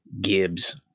Gibbs